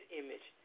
image